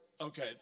okay